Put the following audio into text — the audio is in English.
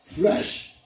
Fresh